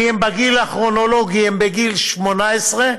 כי בגיל הכרונולוגי הם בגיל 18,